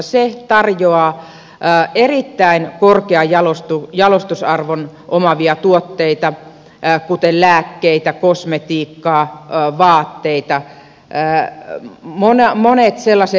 se tarjoaa erittäin korkean jalostusarvon omaavia tuotteita kuten lääkkeitä kosmetiikkaa vaatteita jää monen monet siellä se